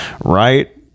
right